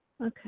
Okay